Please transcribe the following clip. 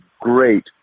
great